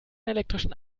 elektrischen